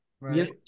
Right